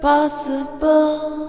Possible